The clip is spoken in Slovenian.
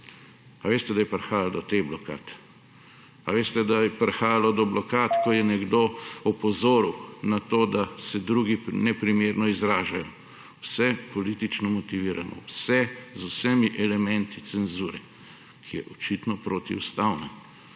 Ali veste, da je prihajalo do teh blokad? Ali veste, da je prihajalo do blokad, ko je nekdo opozoril na to, da se drugi neprimerno izražajo? Vse politično motivirano, vse z vsemi elementi cenzure, ki je očitno protiustavna.